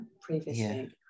previously